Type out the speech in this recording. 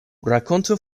rakontu